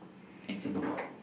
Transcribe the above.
in Singapore